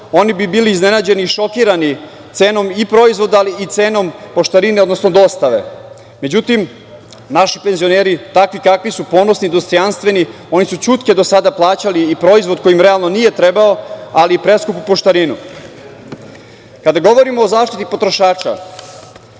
oni bi bili iznenađeni i šokirani cenom i proizvoda, ali i cenom poštarine, odnosno dostave. Međutim, naši penzioneri, takvi kakvi su, ponosni, dostojanstveni, oni su ćutke do sada plaćali i proizvod koji im realno nije trebao, ali i preskupu poštarinu. Kada govorimo o zaštiti potrošača,